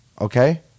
okay